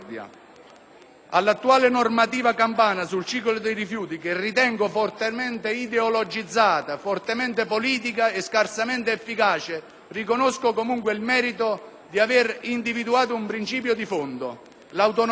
All'attuale normativa campana sul ciclo dei rifiuti, che ritengo fortemente ideologizzata, fortemente politica e scarsamente efficace, riconosco comunque il merito di aver individuato un principio di fondo: l'autonomia